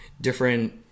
different